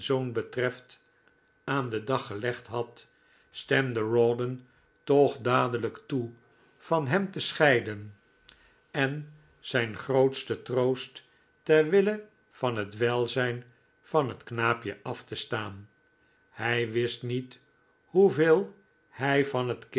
aan den dag gelegd had stemde rawdon toch dadelijk toe van hem te scheiden en zijn grootsten troost ter wille van het welzijn van het knaapje af te staan hij wist niet hoeveel hij van het kind